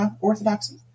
Orthodoxy